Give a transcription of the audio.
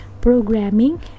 programming